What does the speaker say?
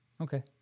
Okay